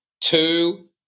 Two